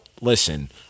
listen